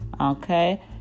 okay